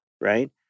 right